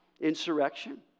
Insurrection